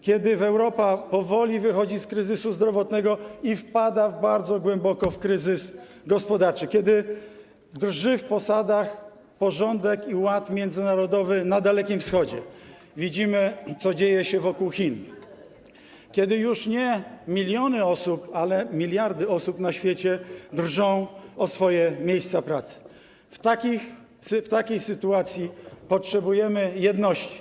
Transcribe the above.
kiedy Europa powoli wychodzi z kryzysu zdrowotnego i wpada bardzo głęboko w kryzys gospodarczy, kiedy drży w posadach porządek i ład międzynarodowy na Dalekim Wschodzie - widzimy, co dzieje się wokół Chin - kiedy już nie miliony osób, ale miliardy osób na świecie drżą o swoje miejsca pracy, w takiej sytuacji potrzebujemy jedności.